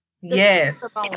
Yes